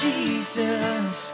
Jesus